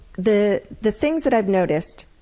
the the things that i've noticed,